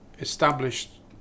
established